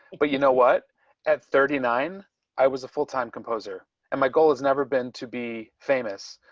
but you know what at thirty nine i was a full time composer and my goal is never been to be famous.